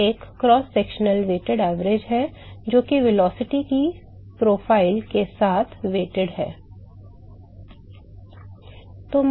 यह एक cross sectional भारित औसत है जो कि वेग की रूपरेखा के साथ भारित है